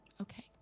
Okay